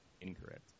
Incorrect